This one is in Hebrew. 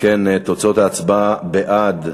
אם כן, תוצאות ההצבעה: בעד,